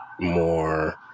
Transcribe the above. more